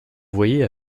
voyait